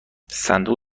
صندوق